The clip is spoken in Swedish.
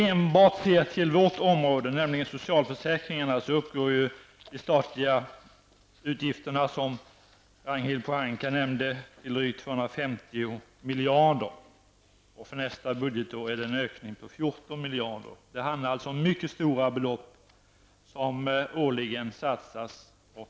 Enbart när det gäller socialförsäkringsområdet uppgår de statliga utgifterna, som Ragnhild Pohanka nämnde, till drygt 250 miljarder. För nästa budgetår blir det en ökning med 14 miljarder. Det handlar alltså om mycket stora belopp som årligen satsas här.